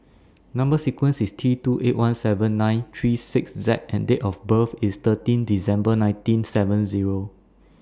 Number sequence IS T two eight one seven nine three six Z and Date of birth IS thirteen December nineteen seven Zero